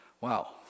wow